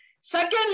Secondly